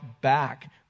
back